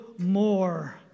more